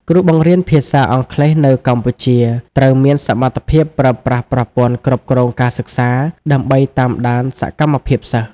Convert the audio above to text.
គ្រូបង្រៀនភាសាអង់គ្លេសនៅកម្ពុជាត្រូវមានសមត្ថភាពប្រើប្រាស់ប្រព័ន្ធគ្រប់គ្រងការសិក្សា ដើម្បីតាមដានសកម្មភាពសិស្ស។